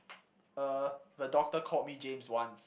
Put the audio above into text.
uh the doctor called me James once